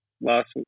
last